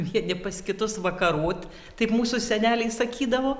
vieni pas kitus vakarot taip mūsų seneliai sakydavo